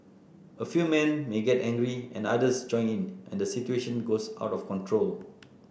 a few men may get angry and others join in and the situation goes out of control